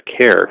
care